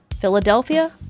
Philadelphia